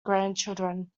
grandchildren